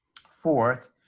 Fourth